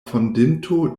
fondinto